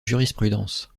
jurisprudence